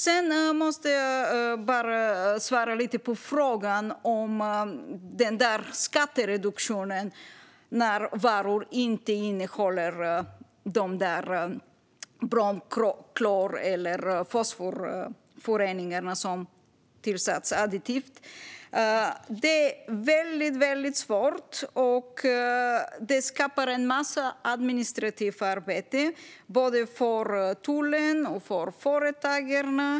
Jag måste svara på frågan om skattereduktionen för varor som inte innehåller brom-, klor eller fosforföreningar. Det är väldigt svårt. Det skapar också en massa administrativt arbete, både för tullen och för företagarna.